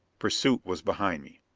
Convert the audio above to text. pursuit was behind me.